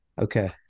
Okay